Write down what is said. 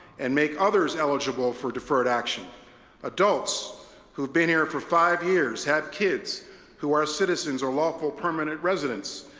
and make others eligible for deferred action adults who've been here for five years, have kids who are citizens or lawful permanent residents,